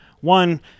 one